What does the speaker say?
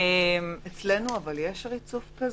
אצלנו יש ריצוף כזה?